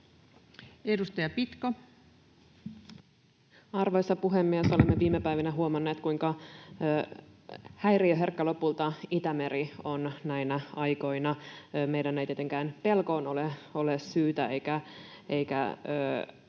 Edustaja Pitko. Arvoisa puhemies! Olemme viime päivinä huomanneet, kuinka häiriöherkkä Itämeri lopulta on näinä aikoina. Meillä ei tietenkään ole syytä pelkoon